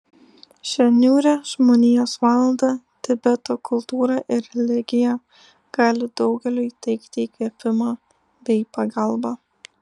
šią niūrią žmonijos valandą tibeto kultūra ir religija gali daugeliui teikti įkvėpimą bei pagalbą